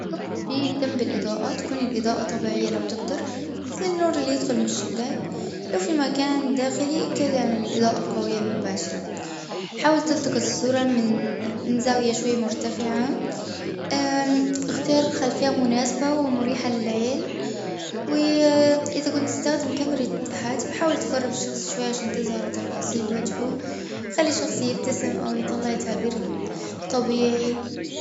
أول شيء أهتم بالأضاءة تكون الأضاءة طبيعية لو تقدر. مثل النور اللي يدخل من الشباك لو في مكان داخلي إبتعدي عن الأضاءة القوية المباشرة. حاول تلتقط الصورة من-من زاوية شوي مرتفعة. امم أختار خلفية مناسبة ومريحة للعين. وآآ إذا كنت تستخدم كاميرا هاتف حاول تقرب الشخص شوية عشان تظهر تفاصيل وجهه. خلي الشخص يبتسم أو يطلع تعبير طبيعي.